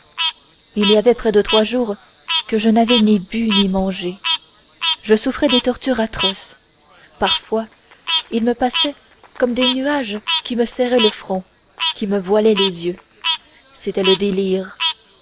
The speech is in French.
il y avait près de trois jours que je n'avais ni bu ni mangé je souffrais des tortures atroces parfois il me passait comme des nuages qui me serraient le front qui me voilaient les yeux c'était le délire